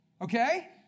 Okay